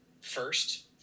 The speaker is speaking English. first